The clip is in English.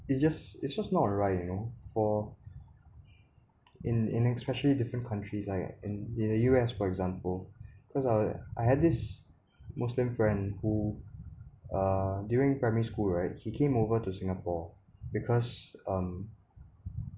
it's just it's just not right you know for in in especially different countries I in in the U_S for example cause I I had this muslim friend who uh during primary school right he came over to singapore because um